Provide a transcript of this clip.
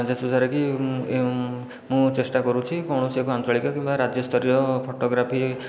ଯଦ୍ଦ୍ଵାରାକି ମୁଁ ଚେଷ୍ଟା କରୁଛି କୌଣସି ଏକ ଆଞ୍ଚଳିକ କିମ୍ବା ରାଜ୍ୟସ୍ତରୀୟ ଫଟୋଗ୍ରାଫି